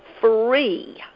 free